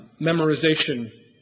memorization